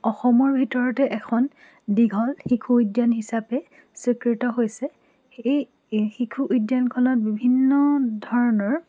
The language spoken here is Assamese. অসমৰ ভিতৰতে এখন দীঘল শিশু উদ্যান হিচাপে স্বীকৃত হৈছে এই শিশু উদ্যানখনত বিভিন্ন ধৰণৰ